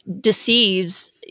deceives